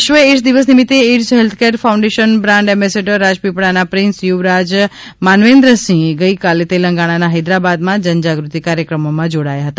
વિશ્વ એડઇસ દિવસ નિમિત્તે AIDS healthcare foundation brand ambassador રાજપીપળાના પ્રિન્સ યુવરાજ માનવેન્દ્રસિંહ ગઇકાલે તેલંગણાના હૈદરાબાદમાં જનજાગૃતિ કાર્યક્રમોમાં જોડાયા હતા